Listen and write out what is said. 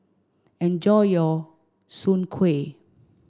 enjoy your soon Kway